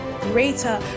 greater